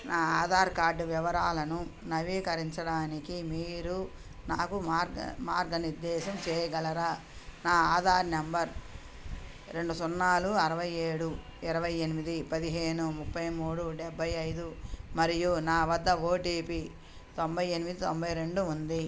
నా ఆధార్ కార్డ్ వివరాలను నవీకరించడానికి మీరు నాకు మార్గ మార్గనిర్దేశం చేయగలరా నా ఆధార్ నంబర్ రెండు సున్నాలు అరవై ఏడు ఇరవై ఎనిమిది పదిహేను ముప్పై మూడు డెబ్బై ఐదు మరియు నా వద్ద ఓటీపీ తొంభై ఎనిమిది తొంభై రెండు ఉంది